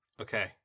Okay